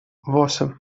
восемь